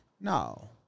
No